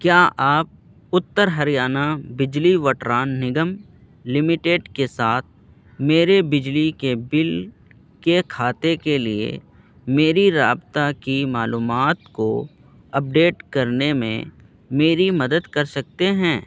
کیا آپ اتّر ہریانہ بجلی وٹران نگم لمیٹڈ کے ساتھ میرے بجلی کے بل کے کھاتے کے لیے میری رابطہ کی معلومات کو اپڈیٹ کرنے میں میری مدد کر سکتے ہیں